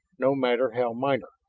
no matter how minor.